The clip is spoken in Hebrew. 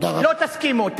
לא תסכימו.